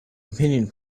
opinion